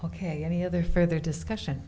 ok any other further discussion